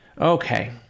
Okay